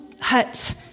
huts